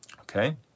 Okay